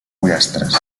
pollastres